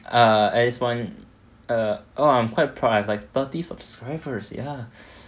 err at least one err oh I'm quite proud I've like thirty subscribers ya